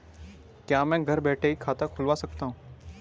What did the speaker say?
क्या मैं घर बैठे ही खाता खुलवा सकता हूँ?